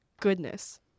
goodness